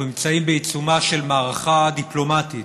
בעיצומה של מערכה דיפלומטית.